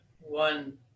one